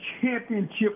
championship